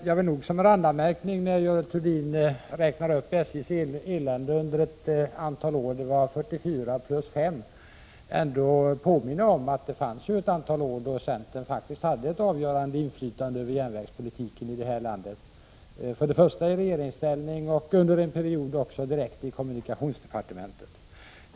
Jag vill dock göra en randanmärkning, när Görel Thurdin talar om SJ:s elände under ett antal år — det var 44 + 5 år —, och påminna om att det fanns ett antal år då centern faktiskt hade ett avgörande inflytande över järnvägspolitiken i landet, först och främst i regeringsställning och under en period också direkt i kommunikationsdepartementet.